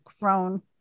grown